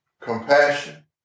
compassion